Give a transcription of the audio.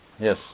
Yes